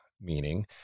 meaning